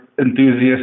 enthusiasts